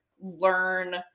learn